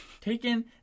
Taken